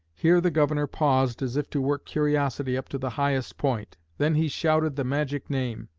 here the governor paused, as if to work curiosity up to the highest point then he shouted the magic name,